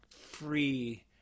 Free